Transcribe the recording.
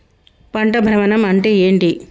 పంట భ్రమణం అంటే ఏంటి?